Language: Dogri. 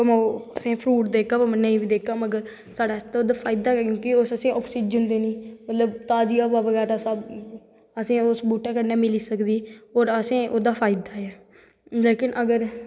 ते तुसेंगी फूड़ देगें भावैं नेंई बी देगा साढ़ै अस्तै फायदा गै क्योंकि उस असेंगी आकसिज़न देनीं मतलव ताजीं हवा बगैरा सब असें उस बूह्टे कन्नै मिली सकदी और असेंगी ओह्दा फायदा ऐ अगर